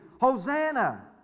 Hosanna